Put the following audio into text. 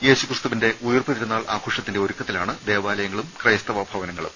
യേശുക്രിസ്തുവിന്റെ ഉയിർപ്പ് തിരുനാൾ ആഘോഷത്തിന്റെ ഒരുക്കത്തിലാണ് ദേവാലയങ്ങളും ക്രൈസ്തവ ഭവനങ്ങളും